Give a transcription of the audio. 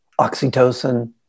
oxytocin